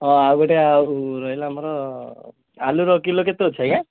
ହଁ ଆଉ ଗୋଟେ ଆଉ ରହିଲା ଆମର ଆଳୁର କିଲୋ କେତେ ଅଛି ଆଜ୍ଞା